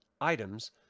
Items